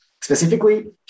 Specifically